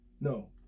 No